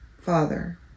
Father